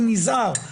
אני נזהר.